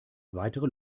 weitere